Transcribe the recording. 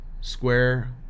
square